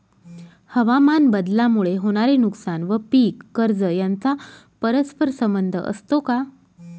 हवामानबदलामुळे होणारे नुकसान व पीक कर्ज यांचा परस्पर संबंध असतो का?